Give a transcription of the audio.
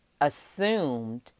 assumed